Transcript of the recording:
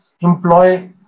employ